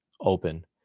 open